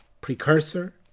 Precursor